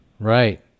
Right